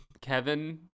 Kevin